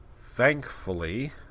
Thankfully